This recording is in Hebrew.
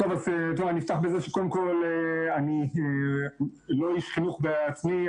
אני אפתח בזה שקודם כל אני לא איש חינוך בעצמי,